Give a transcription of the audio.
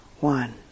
one